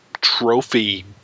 trophy